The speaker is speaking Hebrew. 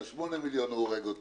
על 8 מיליון הוא הורג אותי.